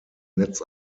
netz